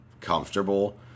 comfortable